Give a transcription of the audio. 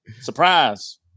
Surprise